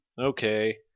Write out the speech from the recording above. okay